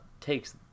takes